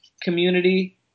community